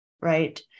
right